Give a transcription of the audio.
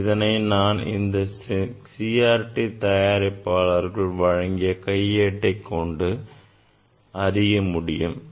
இதை நான் இந்த CRT தயாரிப்பாளர்களால் வழங்கப்பட்ட கையேட்டை கொண்டு அறியலாம்